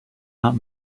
not